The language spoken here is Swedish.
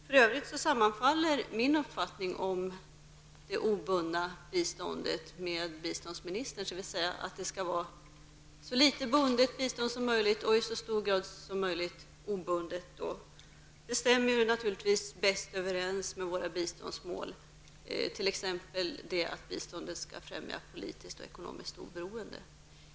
För övrigt sammanfaller min uppfattning med biståndsministerns, dvs. att det skall vara så litet bundet bistånd som möjligt och i så hög grad som möjligt obundet bistånd. Detta stämmer bäst överens med våra biståndsmål, t.ex. att biståndet skall främja politiskt och ekonomiskt oberoende.